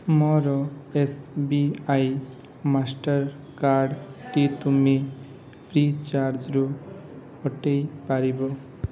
ମୋର S B I ମାଷ୍ଟର୍କାର୍ଡ଼୍ଟି ତୁମେ ଫ୍ରିଚାର୍ଜ୍ରୁ ହଟେଇ ପାରିବ